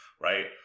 right